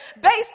based